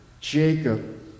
Jacob